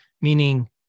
meaning